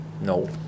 No